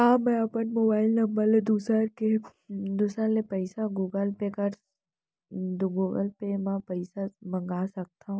का मैं अपन मोबाइल ले दूसर ले पइसा गूगल पे म पइसा मंगा सकथव?